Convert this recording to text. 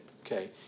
okay